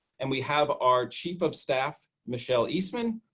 and we have our chief of staff, michelle eastman,